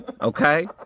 okay